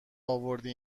آوردی